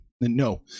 No